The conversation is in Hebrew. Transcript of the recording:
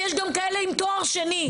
ויש כאלה גם עם תואר שני.